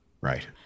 Right